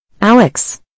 Alex